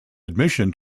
admission